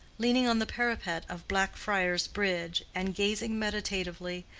leaning on the parapet of blackfriar's bridge, and gazing meditatively,